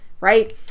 right